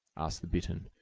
asked the bittern,